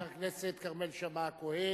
חבר הכנסת כרמל שאמה-הכהן.